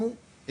אנחנו,